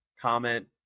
comment